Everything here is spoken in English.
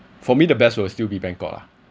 for me the best will still be bangkok lah